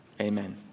Amen